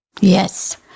Yes